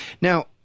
Now